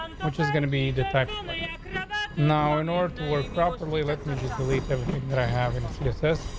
which is gonna be the type selected now in order to work properly? let me just delete everything that i have been to see assess.